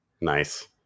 nice